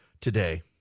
today